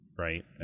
Right